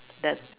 that